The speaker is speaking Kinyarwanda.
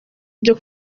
ibyo